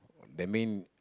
that mean